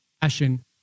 passion